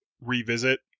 revisit